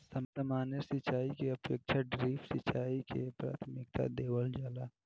सामान्य सिंचाई के अपेक्षा ड्रिप सिंचाई के प्राथमिकता देवल जाला